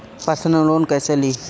Personal loan कैसे ली?